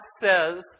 says